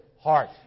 heart